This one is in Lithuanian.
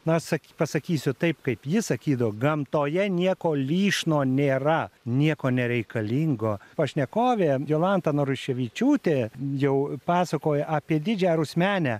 na sak pasakysiu taip kaip ji sakydavo gamtoje nieko lyšno nėra nieko nereikalingo pašnekovė jolanta naruševičiūtė jau pasakoja apie didžiąją rusmenę